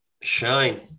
Shine